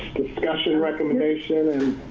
discussion, recommendation, and